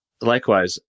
Likewise